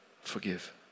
Forgive